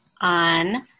on